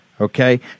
Okay